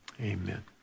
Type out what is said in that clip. amen